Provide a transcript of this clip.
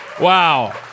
Wow